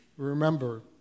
Remember